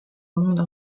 monde